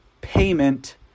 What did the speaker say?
payment